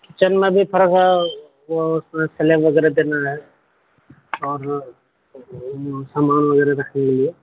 kitchen میں بھی تھوڑا سا وہ تھوڑا سلیب وغیرہ دینا ہے اور جو سامان وغیرہ رکھنے کے لیے